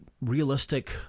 realistic